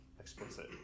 explicit